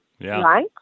Right